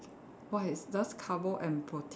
!wah! it's just carbo and protein